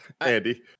Andy